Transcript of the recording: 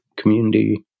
community